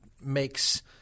makes